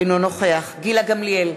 אינו נוכח גילה גמליאל,